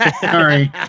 Sorry